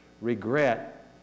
Regret